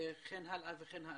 לא ועדת המעקב,